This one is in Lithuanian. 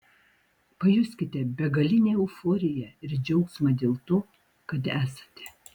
pajuskite begalinę euforiją ir džiaugsmą dėl to kad esate